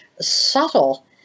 subtle